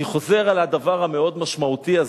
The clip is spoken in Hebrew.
אני חוזר על הדבר המאוד-משמעותי הזה.